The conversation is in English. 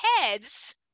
heads